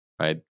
right